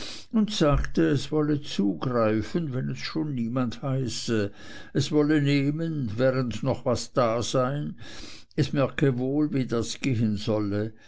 und sagte es wolle zugreifen wenn es schon niemand heiße es wolle nehmen während noch was da sei es merke wohl wie das gehen solle